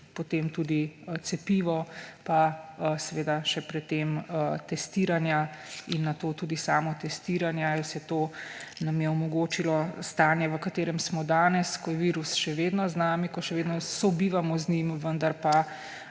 potem tudi cepivo, seveda še pred tem testiranja in nato tudi samotestiranja. Vse to nam je omogočilo stanje, v katerem smo danes, ko je virus še vedno z nami, ko še vedno sobivamo z njim, vendar pa